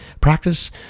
practice